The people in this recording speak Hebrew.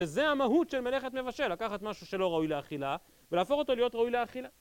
וזה המהות של מלאכת מבשל, לקחת משהו שלא ראוי לאכילה ולהפוך אותו להיות ראוי לאכילה